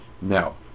Now